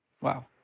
Wow